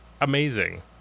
amazing